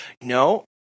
no